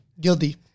Guilty